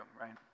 right